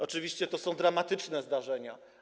Oczywiście to są dramatyczne zdarzenia.